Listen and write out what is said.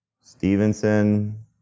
Stevenson